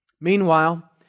Meanwhile